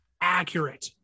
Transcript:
accurate